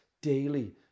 daily